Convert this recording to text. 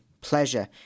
pleasure